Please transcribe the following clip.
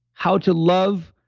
how to love,